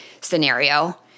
scenario